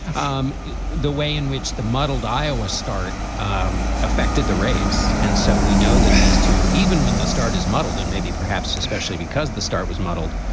um the way in which the muddled iowa start um affected the race and so we know that these two even when the start is muddled and maybe perhaps especially because the start was muddled,